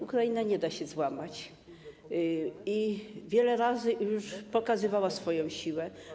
Ukraina nie da się złamać i wiele razy już pokazywała swoją siłę.